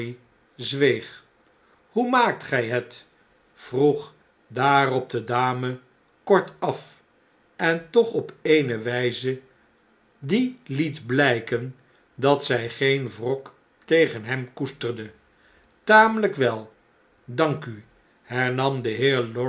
zweeg hoe maakt gij het vroeg daarop de dame kortaf en toch op eene wjjze die liet blrjken dat zjj geen wrok tegen hem koesterde tamelp wel dank u hernam de